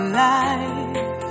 life